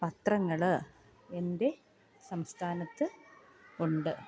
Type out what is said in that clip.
പത്രങ്ങൾ എൻ്റെ സംസ്ഥാനത്ത് ഉണ്ട്